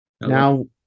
Now